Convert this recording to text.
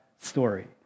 story